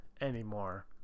anymore